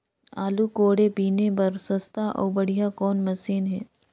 आलू कोड़े बीने बर सस्ता अउ बढ़िया कौन मशीन हे?